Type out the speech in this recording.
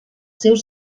seus